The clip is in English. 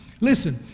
Listen